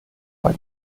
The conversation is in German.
war